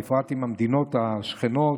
בפרט עם המדינות השכנות